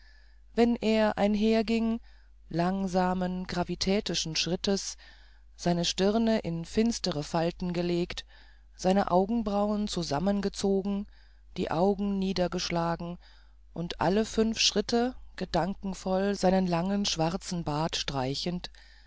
wenn er einherging langsamen gravitätischen schrittes seine stirne in finstere falten gelegt seine augenbraunen zusammengezogen die augen niedergeschlagen und alle fünf schritte gedankenvoll seinen langen schwarzen bart streichend